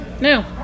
No